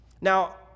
Now